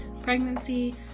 pregnancy